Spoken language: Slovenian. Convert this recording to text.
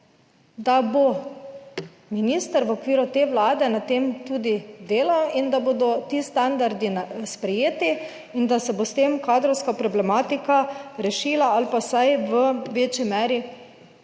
da bo minister v okviru te vlade na tem tudi delal in da bodo ti standardi sprejeti in da se bo s tem kadrovska problematika rešila ali pa vsaj v večji meri